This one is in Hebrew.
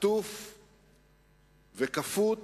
עטוף וכפות